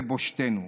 לבושתנו,